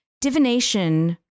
divination